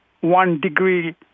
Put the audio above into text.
one-degree